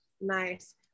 nice